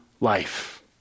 life